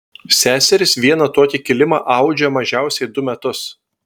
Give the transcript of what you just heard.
seserys vieną tokį kilimą audžia mažiausiai du metus